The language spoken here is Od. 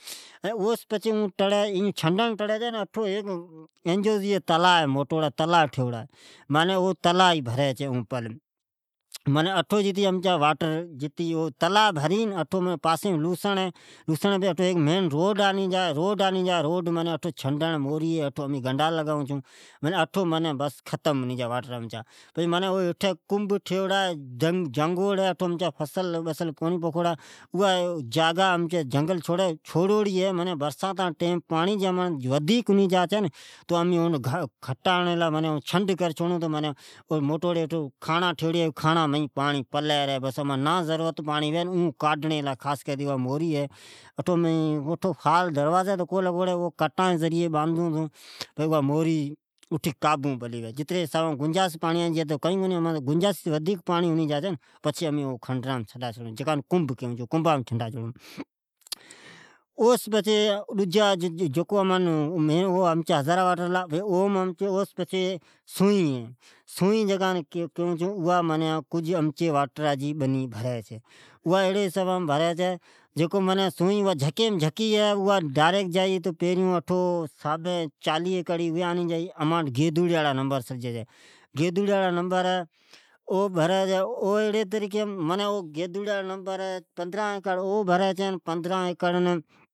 جڈ اون اوا بنی بھری پچھے چھنڈڑ جا چھے اوجی پاسی مین ھیک تلا ھی جکو ایجوز جا ھے اوبھی بھری چھی این تلا جی پاسی مین امچی لوسڑ ھی ۔اوس پچھے ھیک مین روڈ آوی چھی اوم ھیک موری ھی اٹھو مین گیڈا لگائون چھون این اگتے کنب ھے اوم بنی ڈجی کو پوکھون چھون پر جڈ برسات ڈجی آوی چھی تو اوم امین پانڑی چھنڈ کرون چھون۔ جکو عڈیک پاڑی ھوی چھے اون کاڈون چھو اٹھو کھاڑا ڈجیا ھی ، پر جکو پانڑی گھڑی ھنی جا چھے تو امین کاڈون چھون، جکو کنب کوون چھو اوم چھنڈ کرون چھون ، اوس پچھے سنوی واٹر ھے ، اواز کجھ امچی بنی بھری چگے ، کا تو اوا جھکی مین جھکے ھی تو اگتا چالی ایکر بھری چھے این اوجی سامین ھے گیدوڑیا جا نمبر بھری چھے ،او ھی پندرا ایکڑ بھری چھے